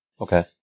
Okay